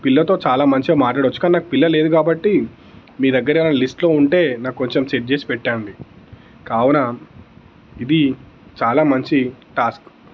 పిల్లతో చాలా మంచిగా మాట్లాడవచ్చు కానీ నాకు పిల్ల లేదు కాబట్టి మీ దగ్గర లిస్టులో ఉంటే నాకు కొంచెం సెట్ చేసి పెట్టండి కావున ఇది చాలా మంచి టాస్క్